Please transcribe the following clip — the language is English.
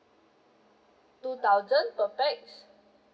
two thousand per pax